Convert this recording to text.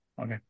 okay